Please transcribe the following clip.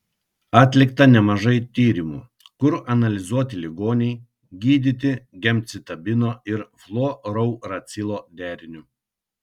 atlikta nemažai tyrimų kur analizuoti ligoniai gydyti gemcitabino ir fluorouracilo deriniu